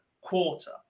quarter